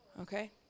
okay